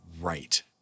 right